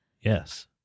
Yes